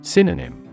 Synonym